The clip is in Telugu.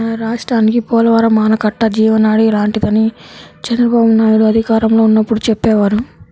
మన రాష్ట్రానికి పోలవరం ఆనకట్ట జీవనాడి లాంటిదని చంద్రబాబునాయుడు అధికారంలో ఉన్నప్పుడు చెప్పేవారు